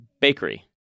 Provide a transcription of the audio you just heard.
bakery